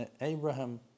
abraham